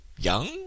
young